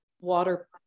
water